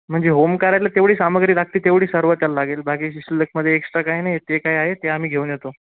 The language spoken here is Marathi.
म्हणजे होम करायला तेवढी सामग्री लागते तेवढी सर्व त्याला लागेल बाकी शिल्लकमध्ये एक्ट्रा काय नाही ते काय आहे ते आम्ही घेऊन येतो